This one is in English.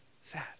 sad